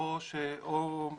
או אם